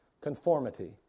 Conformity